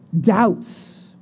doubts